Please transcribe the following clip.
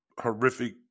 horrific